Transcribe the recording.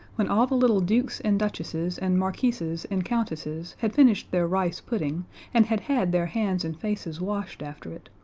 when all the little dukes and duchesses and marquises and countesses had finished their rice pudding and had had their hands and faces washed after it,